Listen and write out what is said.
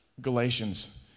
Galatians